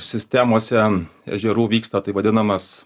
sistemose ežerų vyksta taip vadinamas